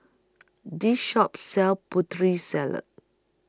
This Shop sells Putri Salad